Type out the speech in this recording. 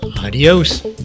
adios